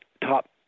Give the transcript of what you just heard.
top